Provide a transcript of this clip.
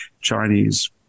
Chinese